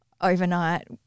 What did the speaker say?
overnight